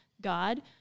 God